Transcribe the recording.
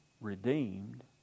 redeemed